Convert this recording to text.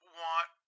want